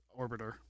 Orbiter